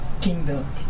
kingdom